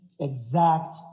exact